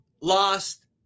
lost